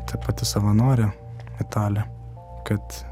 ta pati savanorė italė kad